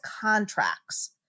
contracts